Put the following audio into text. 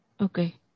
Okay